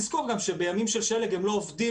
תזכור גם שבימים של שלג הם לא עובדים,